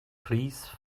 please